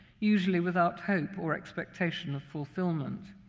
usually without hope or expectation of fulfillment.